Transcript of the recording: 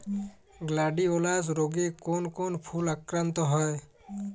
Gladiolus রোগে কোন কোন ফুল আক্রান্ত হয়?